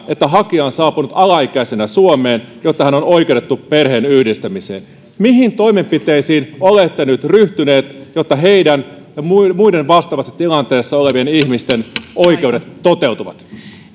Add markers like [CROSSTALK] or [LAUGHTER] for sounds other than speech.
[UNINTELLIGIBLE] että hakija on saapunut alaikäisenä suomeen jotta hän on oikeutettu perheenyhdistämiseen mihin toimenpiteisiin olette nyt ryhtyneet jotta näiden hakijoiden ja muiden muiden vastaavassa tilanteessa olevien ihmisten oikeudet toteutuvat